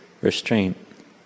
restraint